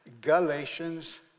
Galatians